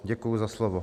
Děkuji za slovo.